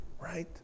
right